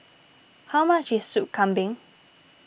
how much is Soup Kambing